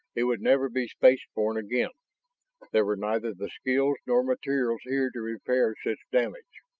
it would never be space-borne again there were neither the skills nor materials here to repair such damage.